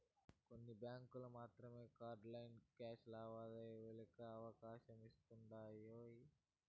కొన్ని బ్యాంకులు మాత్రమే కార్డ్ లెస్ క్యాష్ లావాదేవీలకి అవకాశమిస్తుండాయ్